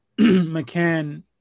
McCann